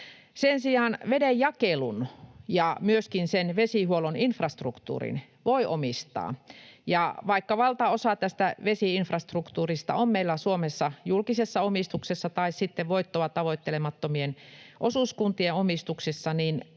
Sen sijaan vedenjakelun ja myöskin sen vesihuollon infrastruktuurin voi omistaa. Ja vaikka valtaosa tästä vesi-infrastruktuurista on meillä Suomessa julkisessa omistuksessa tai sitten voittoa tavoittelemattomien osuuskuntien omistuksissa,